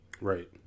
Right